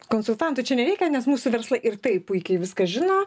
konsultantų čia nereikia nes mūsų verslai ir taip puikiai viską žino